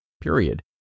period